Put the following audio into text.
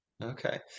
okay